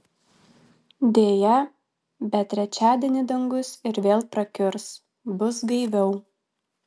deja bet trečiadienį dangus ir vėl prakiurs bus gaiviau